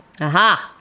Aha